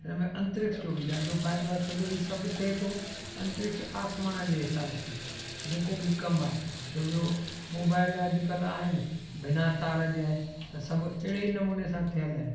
हिन में अंतरिक्ष जो बि ॾाढो फ़ाइदो आहे छोजो हीउ सभ थिए थो अंतरिक्ष आसमान जे हिसाब सां जेको बि कमु आहे छोजो मोबाइल अॼुकल्ह आहिनि बिना तार जे आहिनि त सभ अहिड़े ई नमूने सां थियल आहिनि